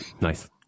nice